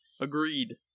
Agreed